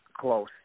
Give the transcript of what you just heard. close